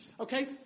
Okay